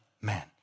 man